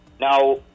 Now